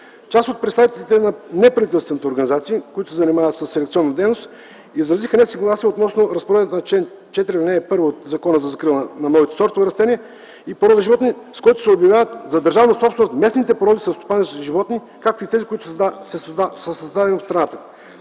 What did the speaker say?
Част от представителите на неправителствените организации, които се занимават със селекционна дейност, изразиха несъгласие относно разпоредбата на чл. 4, ал. 1 от Закона за закрила на новите сортове растения и породи животни, с който се обявяват за държавна собственост местните породи селскостопански животни, както и тези, които са създадени в страната.